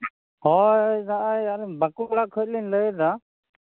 ᱦᱳᱭ ᱫᱟᱫᱟ ᱟᱹᱞᱤᱧ ᱵᱟᱸᱠᱩᱲᱟ ᱠᱷᱚᱱ ᱞᱤᱧ ᱞᱟᱹᱭᱫᱟ